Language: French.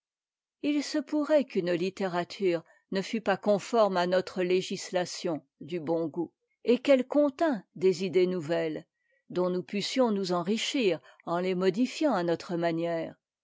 il se pourrait qu'une littérature ne fùt pas conforme à notre législation du bon goût et qu'elle contint des idées nouvelles dont nous pussions nous enrichir en les modifiant a notre manière